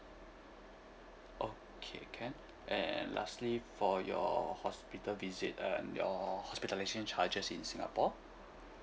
okay can and lastly for your hospital visit and your hospitalisation charges in singapore